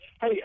Hey